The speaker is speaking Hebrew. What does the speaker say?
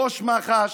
ראש מח"ש,